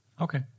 Okay